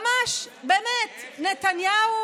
ממש, נתניהו